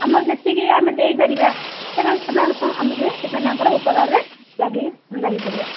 ଆମର ଯେତିକି ଆମେ ଦେଇପାରିବା ଆମେ ସେମାନଙ୍କର ଉପକାରରେ ଲାଗି ଲାଗି ପଡ଼ିବା